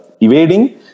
evading